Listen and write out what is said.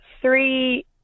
three